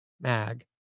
mag